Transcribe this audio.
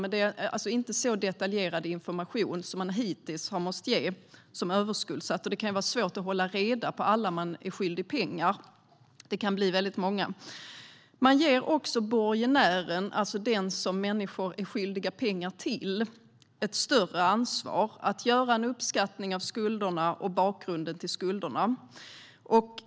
Men det är inte en så detaljerad information som man hittills har måst ge som överskuldsatt. Det kan vara svårt att hålla reda på alla som man är skyldig pengar. Det kan bli väldigt många. Borgenären, alltså den som människor är skyldiga pengar, ges ett större ansvar att göra en uppskattning av skulderna och bakgrunden till skulderna.